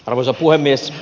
arvoisa puhemies